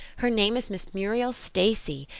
her name is miss muriel stacy.